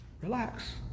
Relax